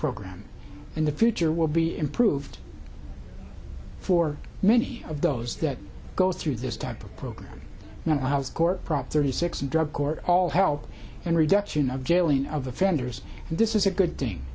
program and the future will be improved for many of those that go through this type of program when i was court prop thirty six and drug court all helped and reduction of jailing of offenders this is a good thing